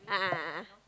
a'ah a'ah a'ah